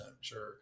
sure